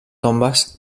tombes